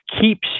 keeps